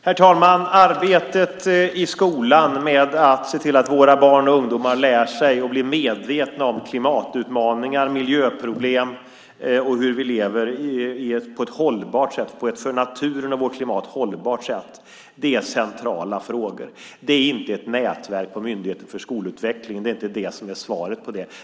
Herr talman! Arbetet i skolan med att se till att våra barn och ungdomar lär sig och blir medvetna om klimatutmaningar, miljöproblem och hur vi lever på ett för naturen och vårt klimat hållbart sätt är centralt. Ett nätverk på Myndigheten för skolutveckling är inte svaret på detta.